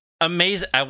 amazing